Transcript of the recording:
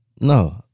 no